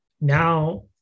now